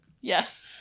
Yes